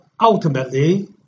ultimately